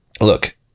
look